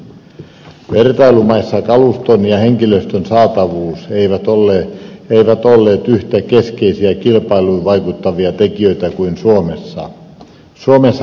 vertailumaissa kaluston ja henkilöstön saatavuus eivät olleet yhtä keskeisiä kilpailuun vaikuttavia tekijöitä kuin suomessa